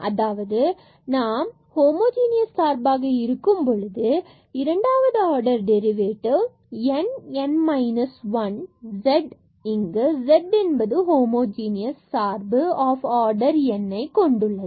அதாவது நாம் இது ஹோமோஜீனியஸ் சார்பாக இருக்கும் பொழுது இரண்டாவது order derivative n n minus 1 z இங்கு z என்பது ஹோமோ ஜீனியஸ் சார்பு homogeneous function ஆர்டர் nஐ கொண்டுள்ளது